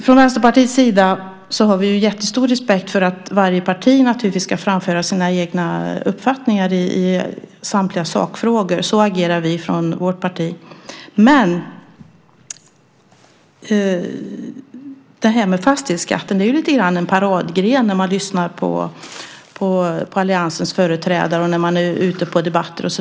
Från Vänsterpartiets sida har vi jättestor respekt för att varje parti ska framföra sina egna uppfattningar i samtliga sakfrågor. Så agerar vi från vårt parti. Men fastighetsskatten är något av en paradgren, när man lyssnar på alliansens företrädare i olika debatter.